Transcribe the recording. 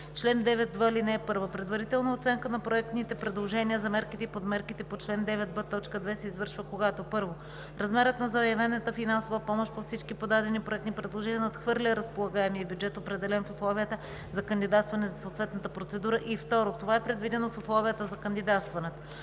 Чл. 9в. (1) Предварителна оценка на проектните предложения за мерките и подмерките по чл. 9б, т. 2 се извършва когато: 1. размерът на заявената финансова помощ по всички подадени проектни предложения надхвърля разполагаемия бюджет, определен в условията за кандидатстване за съответната процедура, и; 2. това е предвидено в условията за кандидатстване.